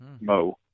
Mo